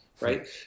right